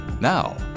Now